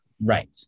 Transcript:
Right